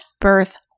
birth